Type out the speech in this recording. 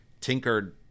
tinkered